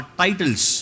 titles